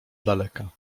daleka